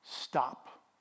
Stop